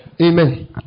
Amen